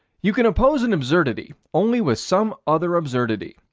you can oppose an absurdity only with some other absurdity.